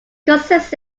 consists